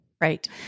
Right